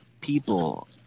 people